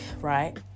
right